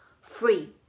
free